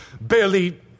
Barely